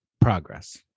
progress